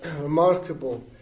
remarkable